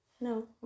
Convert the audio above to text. No